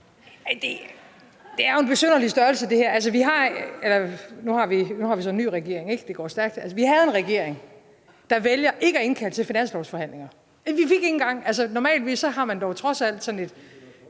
her er jo en besynderlig størrelse. Nu har vi en ny regering, det går stærkt, men vi havde en regering, der valgte ikke at indkalde til finanslovsforhandlinger. Normalt har man dog trods alt sådan noget